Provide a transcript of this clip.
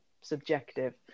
subjective